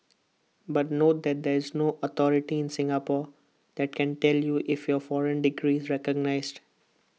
but note that there is no authority in Singapore that can tell you if your foreign degree is recognised